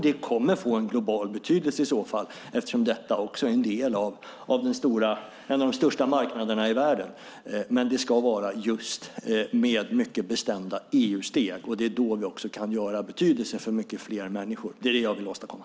Detta kommer att få en global betydelse eftersom det är en del av de största marknaderna i världen. Det här ska ske med mycket bestämda EU-steg. Då kan vi också göra skillnad för många fler människor. Det är det jag vill åstadkomma.